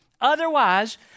Otherwise